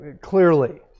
clearly